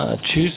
Choose